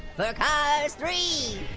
for cars three!